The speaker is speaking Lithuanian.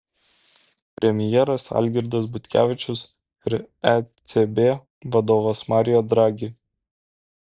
premjeras algirdas butkevičius ir ecb vadovas mario draghi